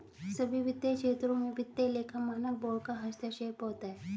सभी वित्तीय क्षेत्रों में वित्तीय लेखा मानक बोर्ड का हस्तक्षेप होता है